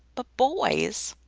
but boys!